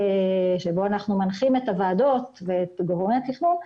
בו אנחנו מנחים את הוועדות ואת גורמי התכנון,